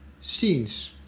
scenes